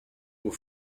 aux